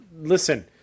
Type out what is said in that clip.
Listen